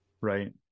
Right